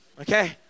okay